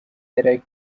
yari